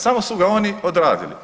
Samo su ga oni odradili.